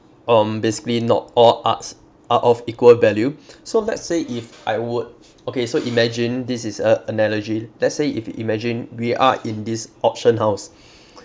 um basically not all arts are of equal value so let's say if I would okay so imagine this is a analogy let's say if imagine we are in this auction house